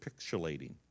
pixelating